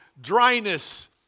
dryness